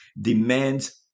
demands